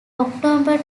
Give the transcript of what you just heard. october